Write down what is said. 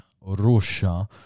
Russia